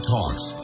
Talks